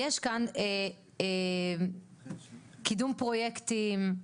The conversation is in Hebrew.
יש כאן קידום פרויקטים,